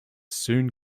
soon